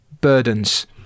burdens